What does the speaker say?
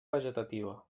vegetativa